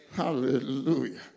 Hallelujah